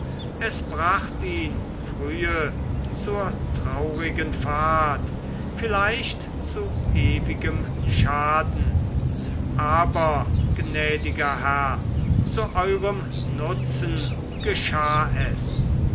es bracht ihn frühe zur traurigen fahrt vielleicht zu ewigem schaden aber gnädiger herr zu eurem nutzen geschah es